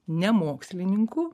ne mokslininkų